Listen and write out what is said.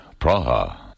Praha